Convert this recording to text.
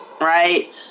right